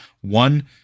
One